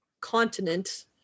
continent